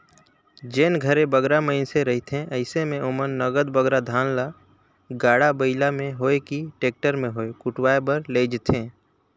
जेन घरे बगरा मइनसे रहथें अइसे में ओमन नगद बगरा धान ल गाड़ा बइला में होए कि टेक्टर में होए कुटवाए बर लेइजथें